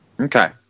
Okay